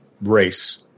race